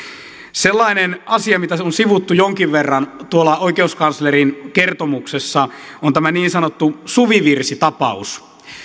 sellainen asia mitä on on sivuttu jonkin verran tuolla oikeuskanslerin kertomuksessa on tämä niin sanottu suvivirsitapaus